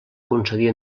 concedir